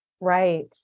Right